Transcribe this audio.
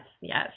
yes